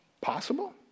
possible